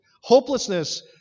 hopelessness